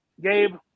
Gabe